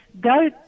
go